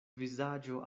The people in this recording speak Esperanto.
vizaĝo